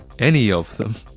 any of them.